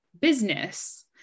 business